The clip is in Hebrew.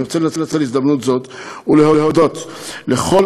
אני רוצה לנצל הזדמנות זו ולהודות לכל